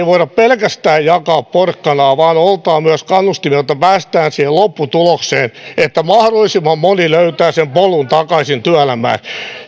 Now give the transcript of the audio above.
voida pelkästään jakaa porkkanaa vaan on oltava myös kannustimia jotta päästään siihen lopputulokseen että mahdollisimman moni löytää sen polun takaisin työelämään